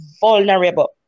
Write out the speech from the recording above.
vulnerable